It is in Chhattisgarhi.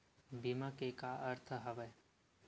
बीमा के का अर्थ हवय?